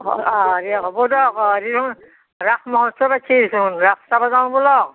অঁ হ'ব দিয়ক হেৰি নহয় ৰাস মহোৎসৱ আহিছিচোন ৰাস চাবা যাওঁ বলক